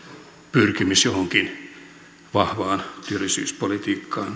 pyrkimys johonkin vahvaan työllisyyspolitiikkaan